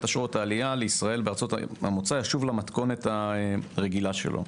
אשרות העלייה לישראל בארצות המוצא ישוב למתכונת הרגילה שלו.